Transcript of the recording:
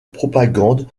propagande